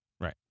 right